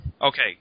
Okay